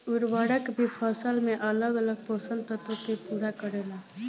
उर्वरक भी फसल में अलग अलग पोषण तत्व के पूरा करेला